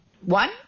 One